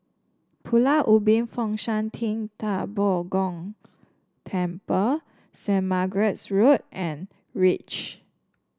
Pulau Ubin Fo Shan Ting Da Bo Gong Temple Saint Margaret's Road and reach